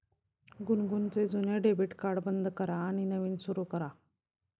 गुनगुनचे जुने debit card बंद करा आणि नवीन सुरू करा